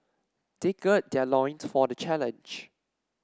they gird their loins for the challenge